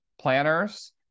planners